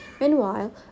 Meanwhile